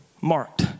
marked